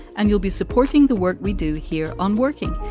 and you'll be supporting the work we do here on working.